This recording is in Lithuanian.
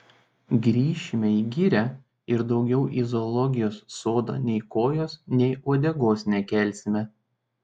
grįšime į girią ir daugiau į zoologijos sodą nei kojos nei uodegos nekelsime